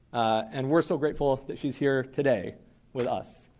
and we're so grateful that she's here today with us.